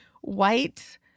white